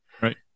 Right